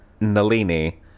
Nalini